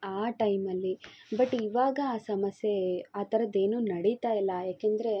ಆ ಟೈಮಲ್ಲಿ ಬಟ್ ಇವಾಗ ಆ ಸಮಸ್ಯೆ ಆ ಥರದ್ದೇನು ನಡಿತಾ ಇಲ್ಲ ಯಾಕಂದ್ರೇ